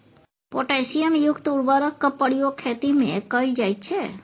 potassium युक्त उर्वरकक प्रयोग खेतीमे कैल जाइत छै